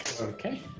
Okay